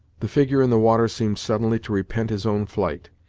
the figure in the water seemed suddenly to repent his own flight,